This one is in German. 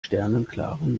sternenklaren